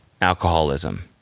alcoholism